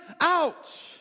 out